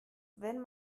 wenn